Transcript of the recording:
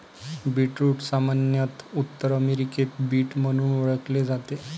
beetroot सामान्यत उत्तर अमेरिकेत बीट म्हणून ओळखले जाते